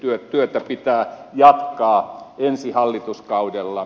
työtä pitää jatkaa ensi hallituskaudella